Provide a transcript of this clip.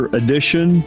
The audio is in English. edition